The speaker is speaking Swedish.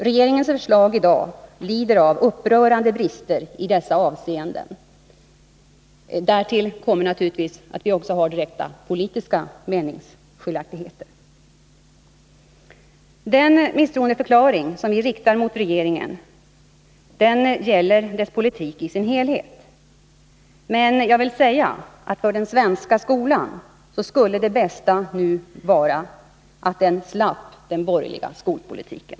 Regeringens förslag i dag lider av upprörande brister i dessa avseenden. Därtill kommer naturligtvis att vi också har direkt politiska meningsskiljaktigheter. ill ta itu med Den misstroendeförklaring som vi riktar mot regeringen gäller dennas politik i dess helhet. Men jag vill säga att för den svenska skolan skulle det bästa nu vara att den slapp den borgerliga skolpolitiken.